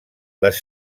les